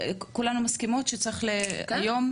כולנו מסכימות שאתמול,